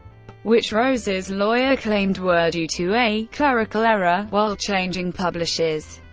which rose's lawyer claimed were due to a clerical error while changing publishers.